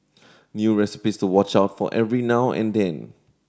new recipes to watch out for every now and then